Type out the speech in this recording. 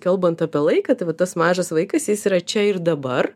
kalbant apie laiką tai va tas mažas vaikas jis yra čia ir dabar